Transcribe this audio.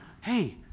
hey